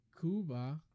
cuba